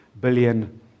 billion